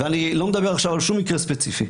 ואני לא מדבר עכשיו על שום מקרה ספציפי,